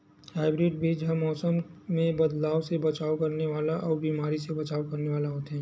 hybrid बीज हा मौसम मे बदलाव से बचाव करने वाला अउ बीमारी से बचाव करने वाला होथे